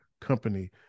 company